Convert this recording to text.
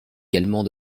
également